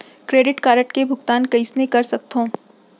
Credit card के भुगतान कइसने कर सकथो?